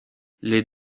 les